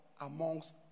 amongst